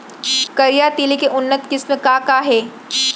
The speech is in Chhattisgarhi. करिया तिलि के उन्नत किसिम का का हे?